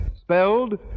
Spelled